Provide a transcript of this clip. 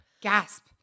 Gasp